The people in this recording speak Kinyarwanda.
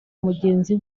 mugenzi